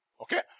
Okay